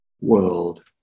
world